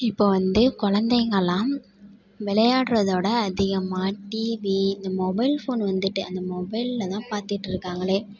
இப்போது வந்து கொழந்தைங்கள்லாம் விளையாட்றதோட அதிகமாக டிவி இந்த மொபைல் ஃபோன் வந்துவிட்டு அந்த மொபைலில் தான் பார்த்துட்ருக்காங்களே